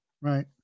right